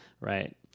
right